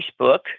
Facebook